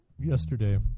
yesterday